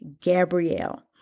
Gabrielle